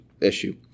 issue